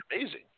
amazing